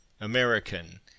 American